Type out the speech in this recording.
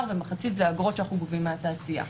ומחצית זה אגרות שאנחנו גובים מהתעשייה.